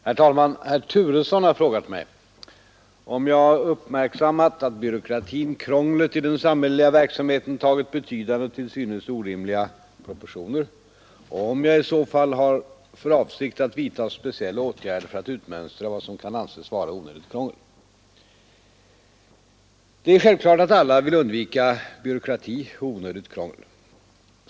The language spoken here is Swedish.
Herr talman! Herr Turesson har frågat mig om jag uppmärksammat att byråkratin — krånglet i den samhälleliga verksamheten tagit betydande och till synes orimliga proportioner och om jag i så fall har för avsikt att vidta speciella åtgärder för att utmönstra vad som kan anses vara ”onödigt krångel”. Det är självklart att alla vill undvika byråkrati och onödigt krångel.